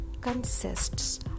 consists